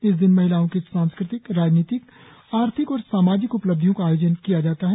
इस दिन महिलाओं की सांस्कृतिक राजनीतिक आर्थिक और सामाजिक उपलब्धियों का आयोजन किया जाता है